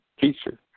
teacher